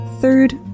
Third